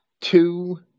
two